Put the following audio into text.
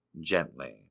gently